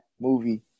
movie